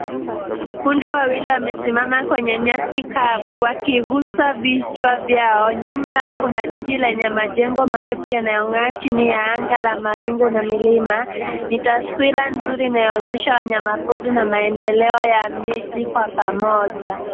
Punda wawili wamesimama kwenye nyasi waki gusa vichwa vyao. Nyuma yao kuna jiji lenye majengo marefu yanayo ng'aa chini ya anga la mawingu na milima. Ni taswira mzuri inaonyesha mazingira ya wanyama pori na maendeleobya mji kwa pamoja.